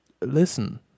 listen